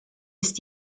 ist